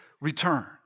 return